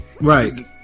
Right